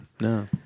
no